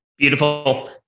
Beautiful